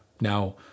Now